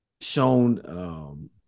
shown